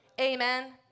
Amen